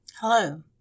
Hello